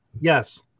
Yes